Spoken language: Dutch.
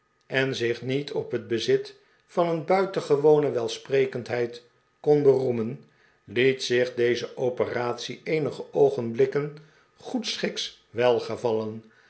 en zicb niet op het bezit van een buitengewone welsprekendheid kon beroemen liet zich deze pperatie eenige oogenblikken goedschiks welgevallen